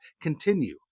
continue